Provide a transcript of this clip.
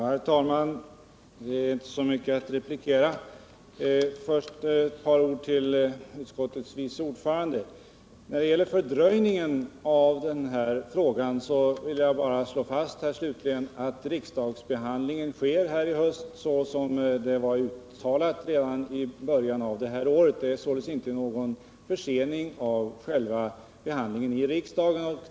Herr talman! Det är inte så mycket att replikera på. Först ett par ord till utskottets vice ordförande. När det gäller talet om fördröjning av den här frågan vill jag bara slå fast att riksdagsbehandlingen sker här i höst så som sades redan i början av detta år. Det har således inte skett någon försening av själva behandlingen i riksdagen.